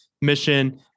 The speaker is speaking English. mission